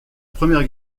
première